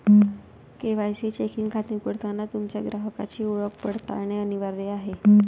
KYC checking खाते उघडताना तुमच्या ग्राहकाची ओळख पडताळणे अनिवार्य आहे